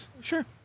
Sure